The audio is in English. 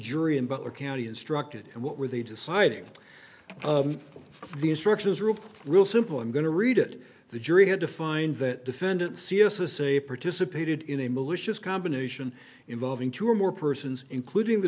jury in butler county instructed and what were they deciding the instructions are real simple i'm going to read it the jury had to find that defendant c s a say participated in a malicious combination involving two or more persons including the